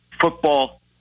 football